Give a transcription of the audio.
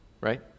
right